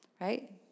Right